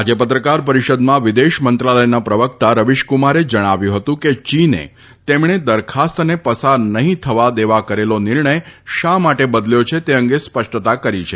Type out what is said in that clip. આજે પત્રકાર પરીષદમાં વિદેશ મંત્રાલયના પ્રવકતા રવીશ કુમારે જણાવ્યું હતું કે ચીને તેમણે દરખાસ્તને પસાર નહીં થવા દેવા કરેલો નિર્ણય શા માટે બદલ્યો તે અંગે સ્પષ્ટતા કરી છે